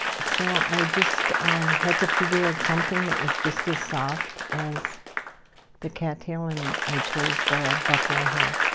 so i just had to figure out something that was just as soft as the cat tail. and i chose the buffalo hair.